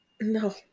No